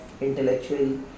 intellectual